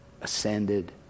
ascended